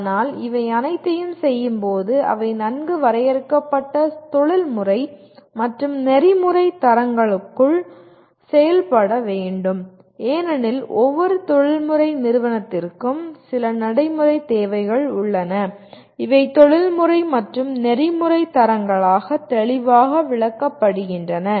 ஆனால் இவை அனைத்தையும் செய்யும்போது அவை நன்கு வரையறுக்கப்பட்ட தொழில்முறை மற்றும் நெறிமுறைத் தரங்களுக்குள் செயல்பட வேண்டும் ஏனெனில் ஒவ்வொரு தொழில்முறை நிறுவனத்திற்கும் சில நடைமுறைத் தேவைகள் உள்ளன இவை தொழில்முறை மற்றும் நெறிமுறை தரங்களாக தெளிவாக விளக்கப்படுகின்றன